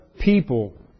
people